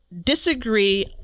disagree